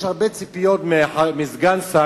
יש הרבה ציפיות מסגן שר.